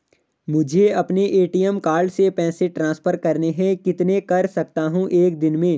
मुझे अपने ATM card से पैसे ट्रांसफर करने हैं कितने कर सकता हूँ एक दिन में?